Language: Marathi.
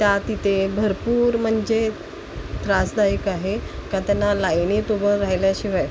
त्या तिथे भरपूर म्हणजे त्रासदायक आहे का त्यांना लाइनेत उभं राहिल्याशिवाय